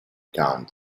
count